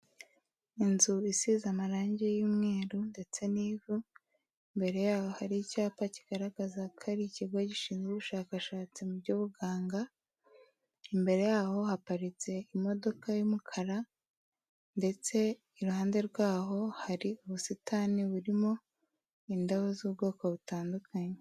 Inzu isize amarangi y'umweru, ndetse n'ivu, mbere yaho hari icyapa kigaragaza ko ari ikigo gishinzwe ubushakashatsi mu by'ubuganga, imbere yaho haparitse imodoka y'umukara, ndetse iruhande rwaho hari ubusitani burimo indabo z'ubwoko butandukanye.